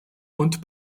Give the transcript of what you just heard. und